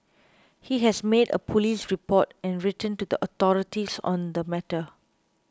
he has made a police report and written to the authorities on the matter